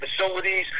facilities